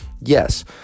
Yes